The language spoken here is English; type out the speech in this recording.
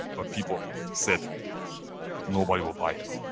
but people said nobody will buy it,